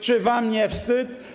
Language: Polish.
Czy wam nie wstyd?